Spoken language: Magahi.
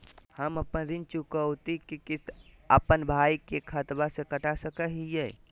हम अपन ऋण चुकौती के किस्त, अपन भाई के खाता से कटा सकई हियई?